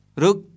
ruk